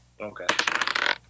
Okay